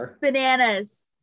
Bananas